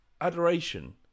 adoration